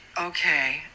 okay